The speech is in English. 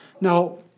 Now